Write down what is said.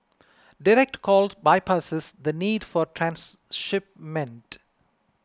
direct calls bypasses the need for transshipment